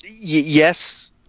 Yes